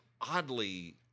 oddly